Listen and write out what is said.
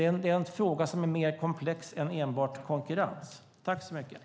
Det är en fråga som är mer komplex och som handlar om mer än enbart konkurrens.